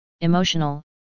emotional